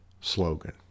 slogan